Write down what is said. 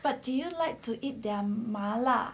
but do you like to eat their 麻辣